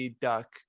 duck